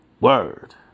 Word